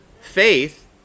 faith